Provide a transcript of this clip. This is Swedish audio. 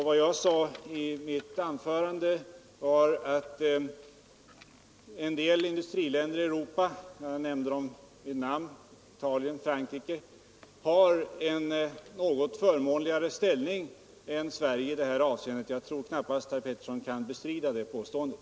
Vad jag sade i mitt anförande var att en del industriländer i Europa — jag nämnde Italien och Frankrike — har en något förmånligare ställning än Sverige i detta avseende, och jag tror knappast att herr Pettersson i Lund kan bestrida det påståendet.